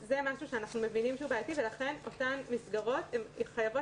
זה דבר שאנחנו מבינים שהוא בעייתי ולכן אותן מסגרות חייבות